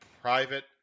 private